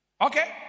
Okay